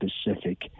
specific